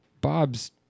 Bob's